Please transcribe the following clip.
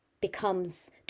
becomes